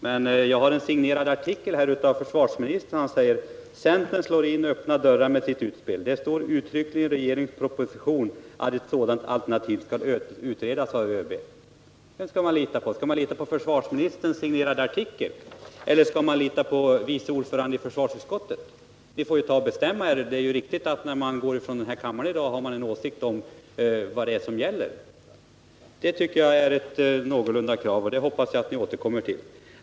Men jag har här en signerad artikel av försvarsministern, i vilken han säger: ”Centern slår in öppna dörrar med sitt utspel. Det står uttryckligen i regeringens proposition att ett sådant alternativ skall utredas av ÖB.” Vem skall man lita på? Skall man lita på försvarsministerns signerade artikel eller skall man lita på vice ordföranden i försvarsutskottet? Ni får bestämma er. Det är viktigt att vi, när vi går från denna kammare i dag, vet vad det är som gäller. Jag tycker att det är ett någorlunda rimligt krav, och det hoppas jag att ni återkommer till.